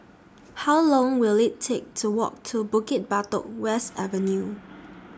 How Long Will IT Take to Walk to Bukit Batok West Avenue